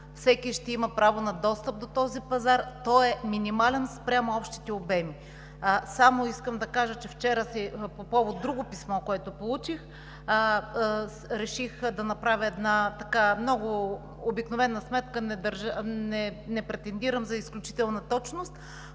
Всеки ще има право на достъп до този пазар, и той е минимален спрямо общите обеми. Искам само да кажа, че вчера – по повод на друго писмо, което получих, реших да направя една много обикновена сметка, не претендирам за изключителна точност,